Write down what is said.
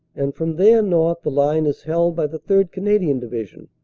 and from there north the line is held by the third. canadian division.